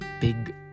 big